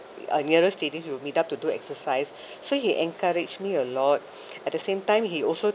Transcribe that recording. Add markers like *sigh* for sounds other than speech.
*breath* nearer stadium we will meet up to do exercise *breath* so he encouraged me a lot *breath* at the same time he also